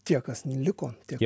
tie kas liko tie